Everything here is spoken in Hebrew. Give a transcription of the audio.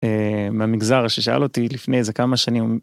מהמגזר ששאל אותי לפני איזה כמה שנים.